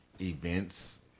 events